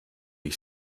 ich